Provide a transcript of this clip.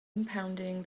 impounding